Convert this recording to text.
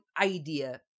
idea